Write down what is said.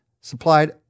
supplied